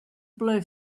blue